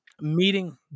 meeting